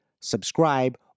subscribe